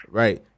right